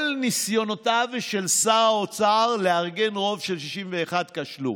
כל ניסיונותיו של שר האוצר לארגן רוב של 61 כשלו.